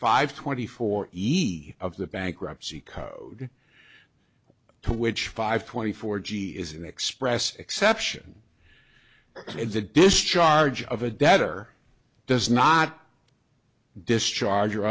five twenty four each of the bankruptcy code to which five twenty four g is an express exception in the discharge of a debtor does not discharge or